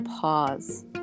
pause